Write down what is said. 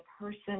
person